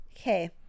Okay